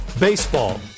Baseball